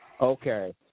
Okay